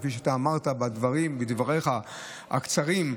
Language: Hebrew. כפי שאמרת בדבריך הקצרים,